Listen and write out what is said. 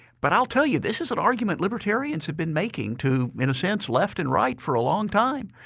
but i will tell you, this is an argument libertarians have been making to in in a sense left and right for a long time.